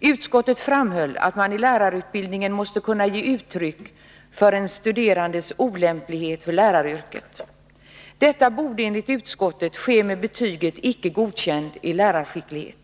Utskottet framhöll att man i lärarutbildningen måste kunna ge uttryck för en studerandes olämplighet för läraryrket. Detta borde, enligt utskottet, ske med betyget ”icke godkänd” i lärarskicklighet.